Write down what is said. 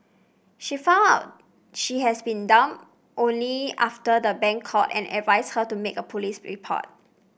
she found out she had been duped only after the bank called and advised her to make a police report